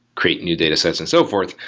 create new datasets and so forth.